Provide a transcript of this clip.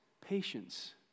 patience